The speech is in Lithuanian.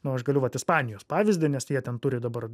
nu aš galiu vat ispanijos pavyzdį nes jie ten turi dabar